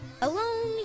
Alone